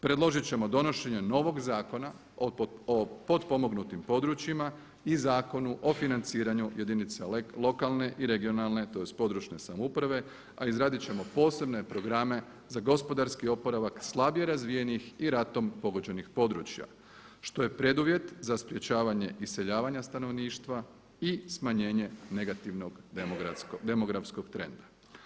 Predložit ćemo donošenje novog Zakona o potpomognutim pomoćima i Zakonu o financiranju jedinica lokalne i regionalne tj. područne samouprave, a izradit ćemo posebne programe za gospodarski oporavak slabije razvijenih i ratom pogođenih područja što je preduvjet za sprečavanje iseljavanja stanovništva i smanjenje negativnog demografskog trenda.